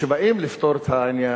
כשבאים לפתור את העניין,